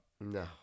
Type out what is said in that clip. No